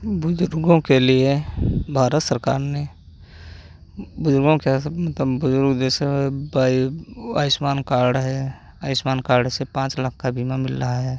बुज़ुर्गों के लिए भारत सरकार ने बुज़ुर्गों क्या सब मतलब बुज़ुर्ग जैसे भाई वो आयुष्मान कार्ड है आयुष्मान कार्ड से पाँच लाख का बीमा मिल रहा है